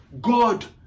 God